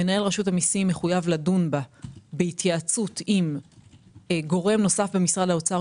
מנהל רשות המסים מחויב לדון בה בהתייעצות עם גורם נוסף במשרד האוצר,